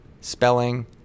spelling